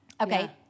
Okay